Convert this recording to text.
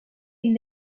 fin